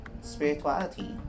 spirituality